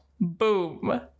boom